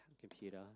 computer